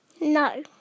No